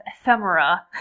ephemera